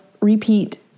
repeat